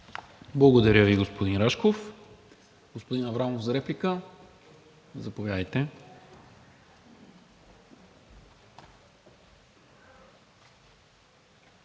Благодаря Ви, господин Рашков. Господин Аврамов, за реплика? Заповядайте.